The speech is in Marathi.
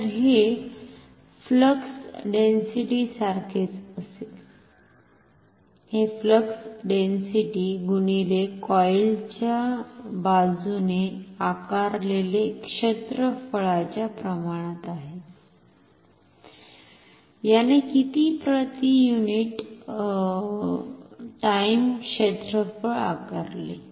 तर हे फ्लक्स डेन्सिटिसारखेच असेल हे फ्लक्स डेन्सिटि गुणिले कॉईलच्या बाजूने आकारलेले क्षेत्रफळाच्या प्रमाणात आहे याने किती प्रति युनिट टाईम क्षेत्रफळ आकारले